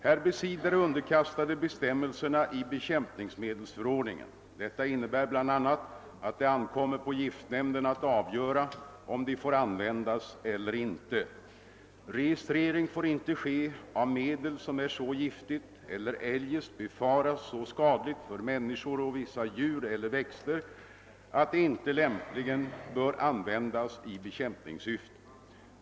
melserna i bekämpningsmedelsförordningen. Detta innebär bli. a. att det ankommer på giftnämnden att avgöra om de får användas eller inte. Registrering får inte ske av medel som är så giftigt eller eljest befaras så skadligt för människor och vissa djur eller växter att det inte lämpligen bör användas i bekämpningssyfte.